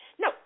No